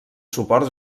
suports